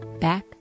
back